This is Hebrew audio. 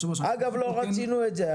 אגב לא רצינו את זה,